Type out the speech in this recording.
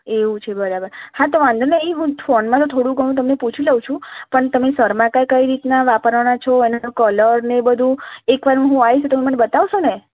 એવું છે બરાબર હા તો વાંધો નહીં હું ફોનમાં તો થોડું ઘણું તમને પૂછી લઉં છું પણ તમે સનમાઈકા કઈ રીતનાં વાપરવાનાં છો અને એનો કલર ને બધું એકવાર હું આવીશ તો તમે મને બતાવશો ને